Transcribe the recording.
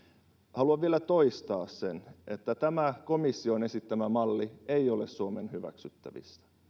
haluan vielä toistaa sen että tämä komission esittämä malli ei ole suomen hyväksyttävissä